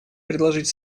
предложить